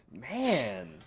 Man